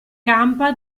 campa